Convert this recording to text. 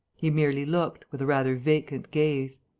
he merely looked, with a rather vacant gaze.